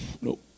Nope